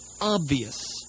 obvious